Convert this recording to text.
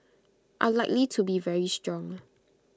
are likely to be very strong